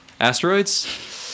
Asteroids